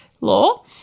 law